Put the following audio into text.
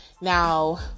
now